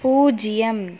பூஜ்யம்